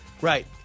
Right